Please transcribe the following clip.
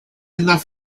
enough